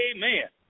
Amen